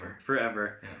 Forever